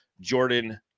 Jordan